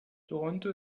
toronto